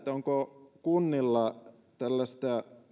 onko kunnilla tällaisia